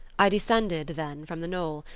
i descended, then, from the knoll,